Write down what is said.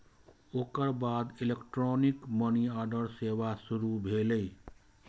ओकर बाद electronic money order सेवा शुरू भेलै